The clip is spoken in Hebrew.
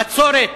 בצורת.